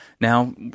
now